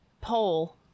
poll